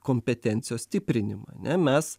kompetencijos stiprinimą ane mes